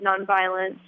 nonviolence